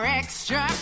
extra